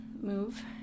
move